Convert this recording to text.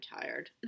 tired